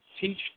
teach